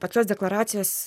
pačios deklaracijos